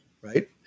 right